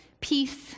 peace